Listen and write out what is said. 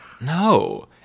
No